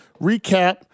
Recap